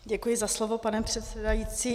Děkuji za slovo, pane předsedající.